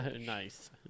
Nice